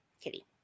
Kitty